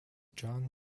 john